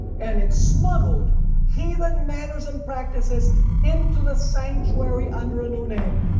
and it smuggled heathen manners and practices into the sanctuary under a new name.